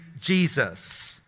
Jesus